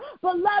Beloved